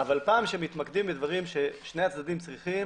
אבל כשמתמקדים בדברים ששני הצדדים צריכים,